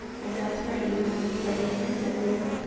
and as for you, kay and bedwyr,